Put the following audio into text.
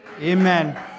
Amen